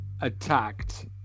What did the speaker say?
attacked